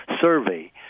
survey